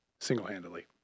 single-handedly